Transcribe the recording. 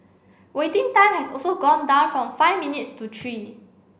waiting time has also gone down from five minutes to three